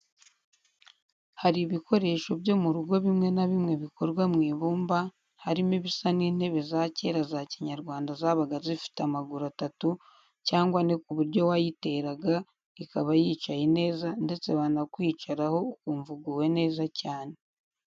Hari ibikoresho byo mu rugo bimwe na bimwe bikorwa mu ibumba harimo ibisa n'intebe za cyera za Kinyarwanda zabaga zifite amaguru atatu cyangwa ane ku buryo wayiteraga ikaba yicaye neza ndetse wanakwicaramo ukumva uguwe neza cyane.